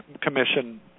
commission